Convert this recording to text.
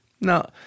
Now